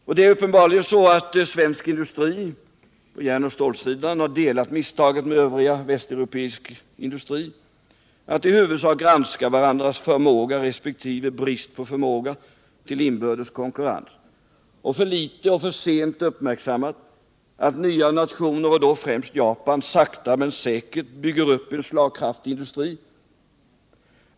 Och det är uppenbarligen så att den svenska industrin på järnoch stålsidan har delat misstaget med övriga västeuropeiska industrier att i huvudsak granska varandras förmåga resp. brist på förmåga till inbördes konkurrens och för litet och för sent uppmärksammat att nya nationer, och då främst Japan, sakta men säkert bygger upp en slagkraftig industri.